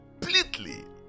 completely